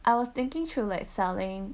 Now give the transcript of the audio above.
I was thinking through like selling